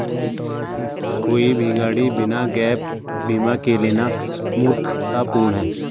कोई भी गाड़ी बिना गैप बीमा के लेना मूर्खतापूर्ण है